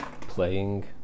playing